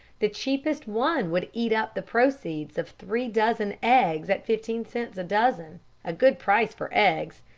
the cheapest one would eat up the proceeds of three dozen eggs at fifteen cents a dozen a good price for eggs!